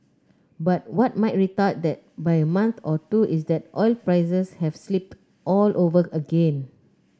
but what might retard that by a month or two is that oil prices have slipped all over again